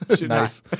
Nice